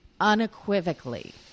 unequivocally